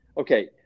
Okay